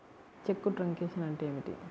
చెక్కు truncation అంటే ఏమిటి?